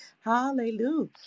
Hallelujah